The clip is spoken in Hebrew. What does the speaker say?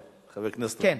חבר הכנסת גנאים,